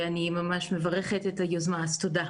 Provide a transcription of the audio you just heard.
אני מברכת את היוזמה, אז תודה.